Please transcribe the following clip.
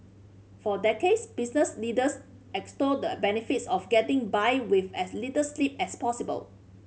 for decades business leaders extolled the benefits of getting by with as little sleep as possible